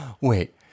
Wait